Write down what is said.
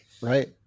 right